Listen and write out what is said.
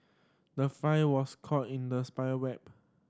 the fly was caught in the spider web